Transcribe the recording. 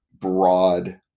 broad